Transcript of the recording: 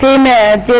ah man